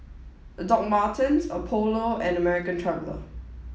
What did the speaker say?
Martens Apollo and American Traveller